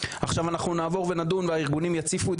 עכשיו אנחנו נעבור ונדון והארגונים יציפו את